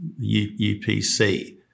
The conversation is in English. UPC